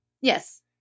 Yes